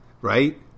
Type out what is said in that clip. Right